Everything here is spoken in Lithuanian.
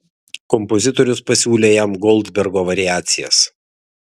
kompozitorius pasiūlė jam goldbergo variacijas